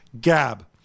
gab